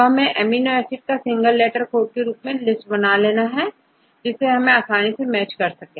तो हमें amino acid residue को सिंगल लेटर कोड के रूप में लिस्ट बना लेते हैं जिससे हम आसानी से मैच कर सके